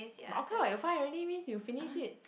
but okay what you find already means you finish it